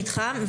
מתחם.